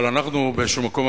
אבל אנחנו באיזשהו מקום,